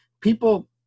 people